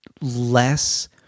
less